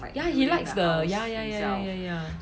ya he likes the ya ya ya ya ya